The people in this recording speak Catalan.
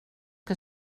que